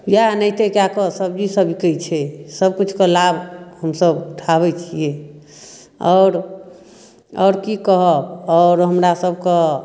इएह एनाहिते कए कऽ सब्जी सब बिकै छै सब कुछके लाभ हमसब उठाबै छियै आओर आओर की कहब आओर हमरा सबके